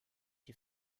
die